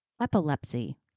epilepsy